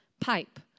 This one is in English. pipe